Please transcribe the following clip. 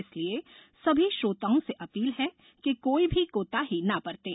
इसलिए सभी श्रोताओं से अपील है कि कोई भी कोताही न बरतें